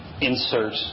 insert